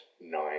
nine